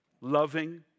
loving